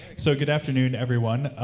so, good afternoon, everyone.